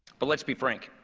but let's be frank,